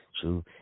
true